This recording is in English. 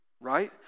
right